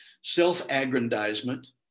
self-aggrandizement